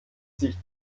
sich